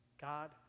God